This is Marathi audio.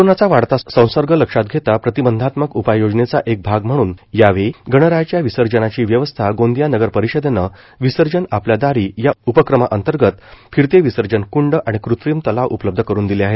कोरोनाचा वाढता संसर्ग लक्षात घेता प्रतिबंधात्मक उपाय योजनेचा एक भाग म्हणून यावेळी गणरायाच्या विसर्जनाची व्यवस्था गोंदिया नगर परिषदेनं विसर्जन आपल्या दारी या उपक्रमांतर्गत फिरते विसर्जन कूंड आणि कृत्रिम तलाव उपलब्ध करून दिले आहे